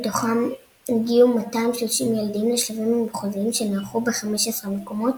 מתוכם הגיעו 230 ילדים לשלבים המחוזיים שנערכו ב-15 מקומות,